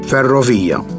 Ferrovia